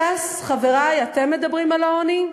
ש"ס, חברי, אתם מדברים על העוני?